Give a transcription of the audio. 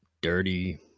dirty